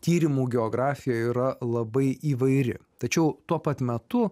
tyrimų geografija yra labai įvairi tačiau tuo pat metu